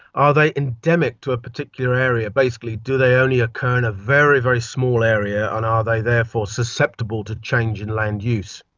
are they endemic to a particular area? basically do they only occur in a very, very small area and are they therefore susceptible to change in land use?